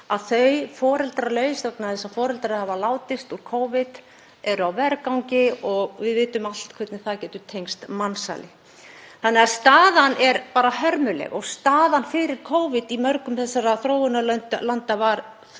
að þau foreldralaus, vegna þess að foreldrarnir hafa látist úr Covid, séu á vergangi og við vitum öll hvernig það getur tengst mansali. Þannig að staðan er hörmuleg og staðan fyrir Covid í mörgum þessara þróunarlanda var